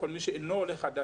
כל מי שאינו עולה חדש,